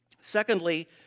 secondly